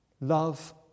love